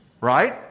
Right